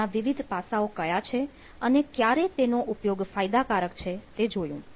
તેના વિવિધ પાસાઓ કયા છે અને ક્યારે તેનો ઉપયોગ ફાયદાકારક છે તે જોયું